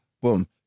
boom